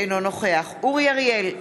אינו נוכח אורי אריאל,